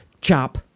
Chop